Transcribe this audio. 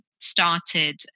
started